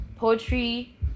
poetry